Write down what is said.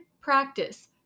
practice